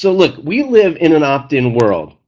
so look, we live in an opt-in world.